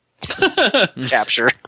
capture